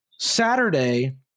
Saturday